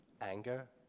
anger